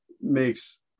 makes